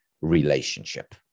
relationship